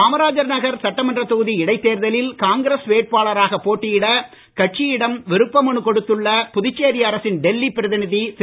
காமராஜர் நகர் சட்டமன்ற தொகுதி இடைத்தேர்தலில் காங்கிரஸ் வேட்பாளராக போட்டியிட கட்சியிடம் விருப்ப மனு கொடுத்துள்ள புதுச்சேரி அரசின் டெல்லி பிரதிநிதி திரு